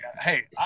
Hey